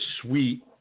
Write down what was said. suite